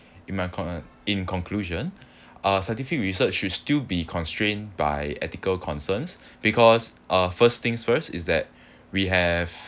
in my con~ in conclusion uh scientific research should still be constrained by ethical concerns because uh first things first is that we have